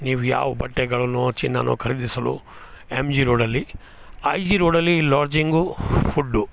ನೀವು ಯಾವ ಬಟ್ಟೆಗಳನ್ನೋ ಚಿನ್ನಾನೋ ಖರ್ದೀಸಲು ಎಮ್ ಜಿ ರೋಡಲ್ಲಿ ಐ ಜಿ ರೋಡಲ್ಲಿ ಲಾಡ್ಜಿಂಗು ಫುಡ್ಡು